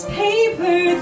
paper